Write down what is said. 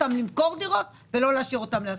אותם למכור דירות ולא להשאיר אתן להשכרה.